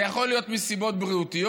זה יכול להיות מסיבות בריאותיות,